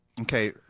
Okay